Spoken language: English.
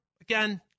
Again